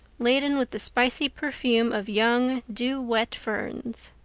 laden with the spicy perfume of young dew-wet ferns.